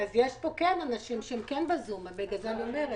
הסיוע הוא לחמש שנים סך הכל.